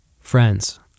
Friends